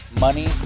money